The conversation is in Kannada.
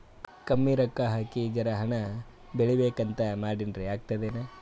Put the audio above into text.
ಕಮ್ಮಿ ರೊಕ್ಕ ಹಾಕಿ ಜರಾ ಹಣ್ ಬೆಳಿಬೇಕಂತ ಮಾಡಿನ್ರಿ, ಆಗ್ತದೇನ?